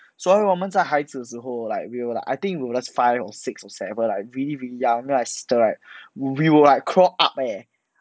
所以我们在孩子的时候 like we will like I think we just five or six or seven lah really really young then my sister right we will like crawl up eh